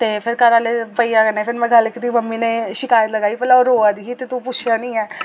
ते फिर घर आह्ले भैया कन्नै फिर में गल्ल कीती मम्मी ने शिकायत लगाई की भला रोआ दी ते तू पुच्छेआ निं ऐ